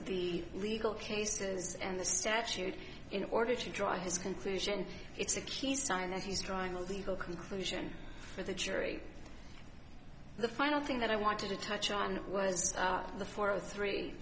the legal cases and the statute in order to draw his conclusion it's a keystone and he's drawing a legal conclusion for the jury the final thing that i wanted to touch on was the four or three